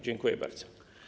Dziękuję bardzo.